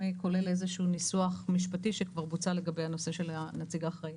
כולל איזה שהוא ניסוח משפטי שכבר בוצע לגבי הנושא של הנציג האחראי.